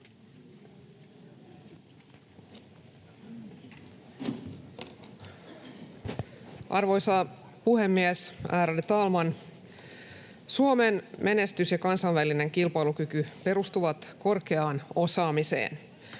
Arvoisa puhemies, ärade talman! Suomen menestys ja kansainvälinen kilpailukyky perustuvat korkeaan osaamiseen.